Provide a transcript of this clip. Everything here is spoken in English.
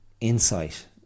insight